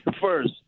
First